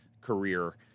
career